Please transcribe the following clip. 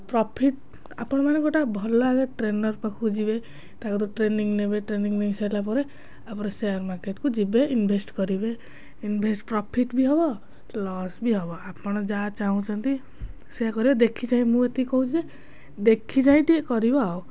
profit ଆପଣମାନେ ଗୋଟେ ଭଲ ଲାଗେ ଟ୍ରେନର୍ ପାଖକୁ ଯିବେ ତାକୁ ଟ୍ରେନିଂ ନେବେ ଟ୍ରେନିଂ ନେଇ ସାରିଲା ପରେ ଆପଣ ସେୟାର୍ ମାର୍କେଟ୍କୁ ଯିବେ ଇନ୍ଭେଷ୍ଟ୍ କରିବେ ଇନ୍ଭେଷ୍ଟ୍ ପ୍ରଫିଟ୍ ବି ହେବ ଲସ୍ ବି ହେବ ଆପଣ ଯାହା ଚାହୁଁଛନ୍ତି ସେୟା କରିବେ ଦେଖିଚାହିଁ ମୁଁ ଏତିକି କହୁଛି ଦେଖିଚାହିଁ ଟିକିଏ କରିବ ଆଉ